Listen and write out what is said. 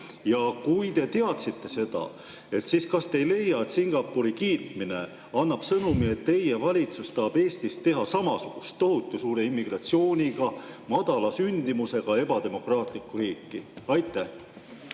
Kui te seda teadsite, siis kas te ei leia, et Singapuri kiitmine annab sõnumi, et teie valitsus tahab Eestist teha samasugust tohutu suure immigratsiooniga ja madala sündimusega ebademokraatlikku riiki? Suur